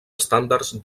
estàndards